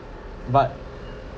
but